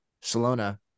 Salona